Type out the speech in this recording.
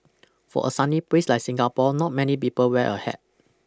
for a sunny place like Singapore not many people wear a hat